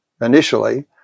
initially